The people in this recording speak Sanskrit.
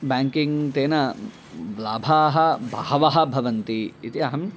ब्याङ्किङ्ग् तेन लाभाः बहवः भवन्ति इति अहम्